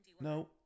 no